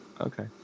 okay